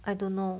I don't know